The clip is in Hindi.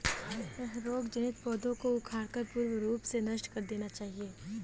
रोग जनित पौधों को उखाड़कर पूर्ण रूप से नष्ट कर देना चाहिये